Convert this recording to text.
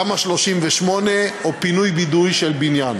תמ"א 38 או פינוי-בינוי של בניין,